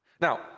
Now